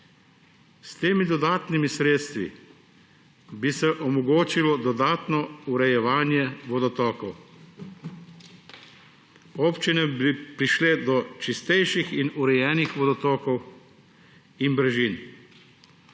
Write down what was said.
S temi dodatnimi sredstvi bi se omogočilo dodatno urejevanje vodotokov. Občine bi prišle do čistejših in urejenih vodotokov in brežin.